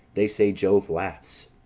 they say jove laughs.